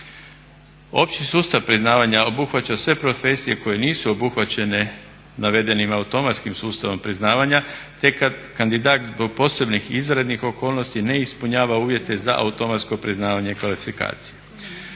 Opći sustav priznavanja obuhvaća sve profesije koje nisu obuhvaćene navedenim automatskim sustavom priznavanja te kandidat zbog posebnih izvanrednih okolnosti ne ispunjava uvjete za automatsko priznavanje kvalifikacije.